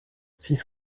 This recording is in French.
six